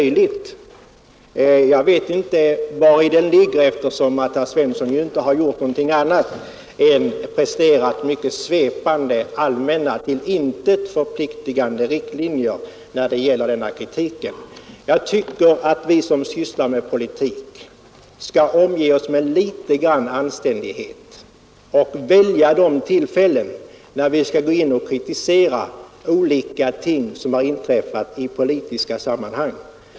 Jag vet inte vari den ligger, eftersom herr Svensson inte har gjort någonting annat än presterat mycket svepande, allmänna, till intet förpliktande resonemang när det gäller kritiken. Jag tycker att vi som sysslar med politik skall omge oss med litet grand anständighet och välja de tillfällen när vi skall gå in och kritisera olika ting som anknyter till politiska sammanhang.